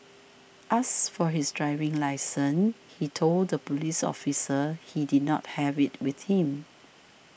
asked for his driving licence he told the police officer he did not have it with him